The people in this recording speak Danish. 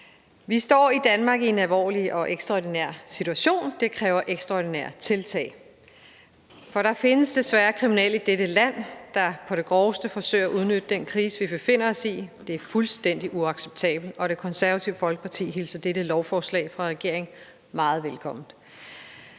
Vi står i Danmark i en alvorlig og ekstraordinær situation, og det kræver ekstraordinære tiltag. For der findes desværre kriminelle i dette land, der på det groveste forsøger at udnytte den krise, vi befinder os i. Det er fuldstændig uacceptabelt, og Det Konservative Folkeparti hilser dette lovforslag fra regeringen meget velkommen.